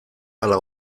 ala